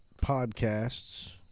podcasts